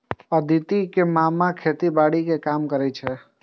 अदिति के मामा खेतीबाड़ी के काम करै छै